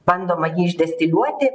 bandoma jį išdistiliuoti